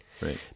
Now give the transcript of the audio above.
right